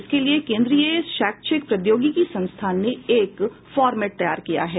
इसके लिये केंद्रीय शैक्षिक प्रौद्योगिकी संस्थान ने एक फॉर्मेट तैयार किया है